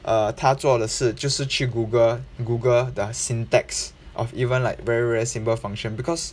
err 他做的事就是去 google google the syntax of even like very very simple function because